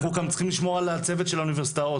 אנחנו גם צריכים לשמור על הצוות של האוניברסיטאות,